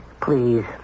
Please